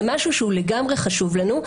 זה משהו שהוא לגמרי חשוב לנו.